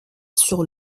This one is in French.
sur